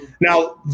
Now